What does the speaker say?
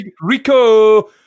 Rico